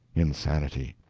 insanity.